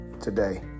today